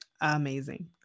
amazing